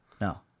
No